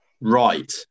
Right